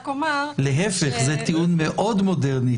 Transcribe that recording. להפך, זה טיעון מאוד מודרני.